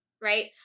right